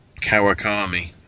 Kawakami